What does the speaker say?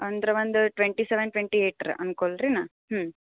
ಅಂದ್ರೆ ಒಂದು twenty seven twenty ಏಯ್ಟ್ರ ಅಂದ್ಕೊಳ್ರಿ ನಾನು ಹ್ಞೂ